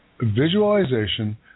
visualization